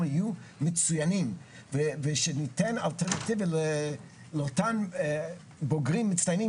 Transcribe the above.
יהיו מצוינים ושניתן אלטרנטיבה לאותם בוגרים מצטיינים